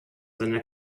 seiner